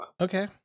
Okay